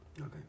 Okay